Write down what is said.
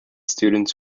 students